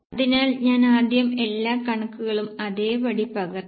അതിനാൽ ഞാൻ ആദ്യം എല്ലാ കണക്കുകളും അതേപടി പകർത്തി